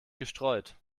gestreut